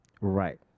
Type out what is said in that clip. Right